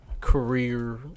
career